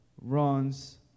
runs